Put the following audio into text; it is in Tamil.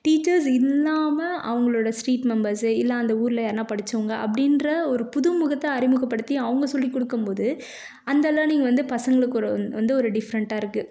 டீச்சர்ஸ் இல்லாமல் அவங்களோட ஸ்ட்ரீட் மெம்பர்ஸு இல்லை அந்த ஊரில் யாருன்னா படிச்சவங்க அப்படின்ற ஒரு புது முகத்தை அறிமுகப்படுத்தி அவங்க சொல்லிகொடுக்கும்போது அந்த லேர்னிங் வந்து பசங்களுக்கு ஒரு வந்து ஒரு டிஃப்ரெண்ட்டாக இருக்குது